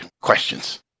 questions